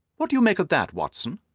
what do you make of that, watson?